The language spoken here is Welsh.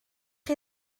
chi